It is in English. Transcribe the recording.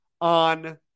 on –